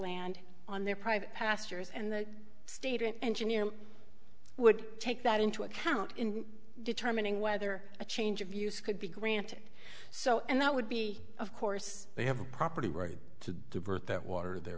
land on their private pastures and the state and would take that into account in determining whether a change of use could be granted so and that would be of course they have a property right to divert that water the